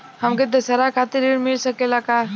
हमके दशहारा खातिर ऋण मिल सकेला का?